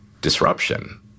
disruption